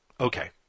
Okay